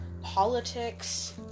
politics